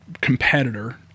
competitor